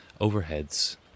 overheads